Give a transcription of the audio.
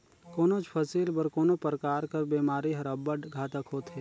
कोनोच फसिल बर कोनो परकार कर बेमारी हर अब्बड़ घातक होथे